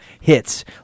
hits